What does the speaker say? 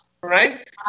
right